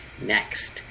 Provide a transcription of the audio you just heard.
next